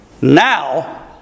Now